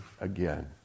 again